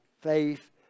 Faith